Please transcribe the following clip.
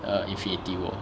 err infinity war